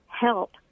help